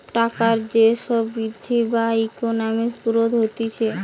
টাকার যে সব বৃদ্ধি বা ইকোনমিক গ্রোথ হতিছে